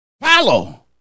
Follow